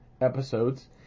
episodes